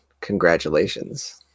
congratulations